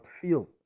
feel